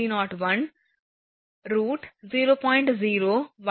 967 1 1 0